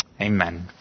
Amen